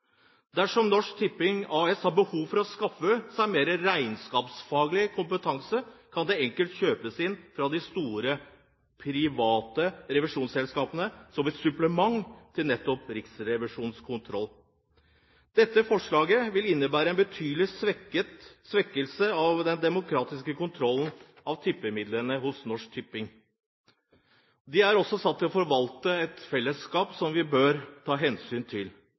Dersom Norsk Tipping AS har behov for å skaffe seg mer regnskapsfaglig kompetanse, kan det enkelt kjøpes inn fra de store private revisjonsselskapene som et supplement til nettopp Riksrevisjonens kontroll. Dette forslaget vil innebære en betydelig svekkelse av den demokratiske kontrollen av tippemidlene hos Norsk Tipping. De er satt til å forvalte midler på vegne av fellesskapet, som vi bør ta hensyn til.